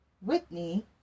Whitney